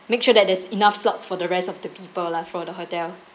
make sure that there's enough slots for the rest of the people lah for the hotel